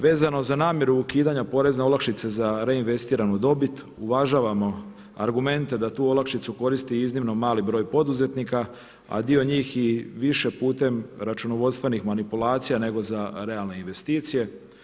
Vezano za namjeru ukidanja porezne olakšice za reinvestiranu dobit uvažavamo argumente da tu olakšicu koristi iznimno mali broj poduzetnika a dio njih i više putem računovodstvenih manipulacija nego za realne investicije.